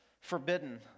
forbidden